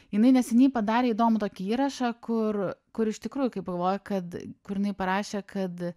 jinai neseniai padarė įdomų tokį įrašą kur kur iš tikrųjų kaip pagalvoji kad kur jinai parašė kad